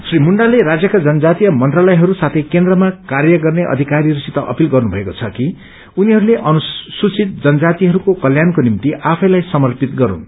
श्री मुण्डाले राज्यको जनजातीय मन्त्रालयहरू अनि केन्द्रमा काम गर्ने अधिकारीहरूसित अपील गर्नु भएको छ कि अनुसूचित जनजातिहरूको कल्याणको निभ्ति स्वयंलाई समर्पित गरून्